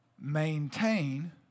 Maintain